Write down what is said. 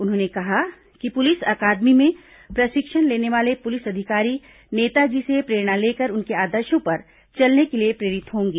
उन्होंने कहा कि पुलिस अकादमी में प्रशिक्षण लेने वाले पुलिस अधिकारी नेताजी से प्रेरणा लेकर उनके आदर्शों पर चलने के लिए प्रेरित होंगे